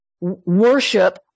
worship